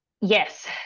Yes